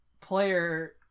player